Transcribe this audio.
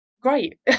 great